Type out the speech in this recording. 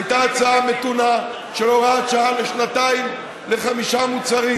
הייתה הצעה מתונה של הוראת שעה לשנתיים לחמישה מוצרים.